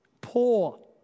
poor